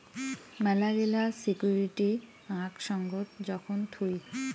মেলাগিলা সিকুইরিটি আক সঙ্গত যখন থুই